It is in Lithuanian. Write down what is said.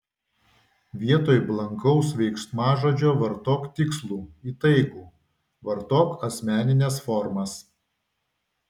vietoj blankaus veiksmažodžio vartok tikslų įtaigų vartok asmenines formas